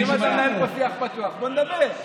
אם אתה מנהל פה שיח פתוח, בוא נדבר.